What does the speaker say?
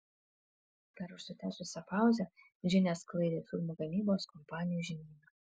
per užsitęsusią pauzę džinė sklaidė filmų gamybos kompanijų žinyną